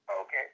Okay